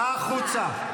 החוצה.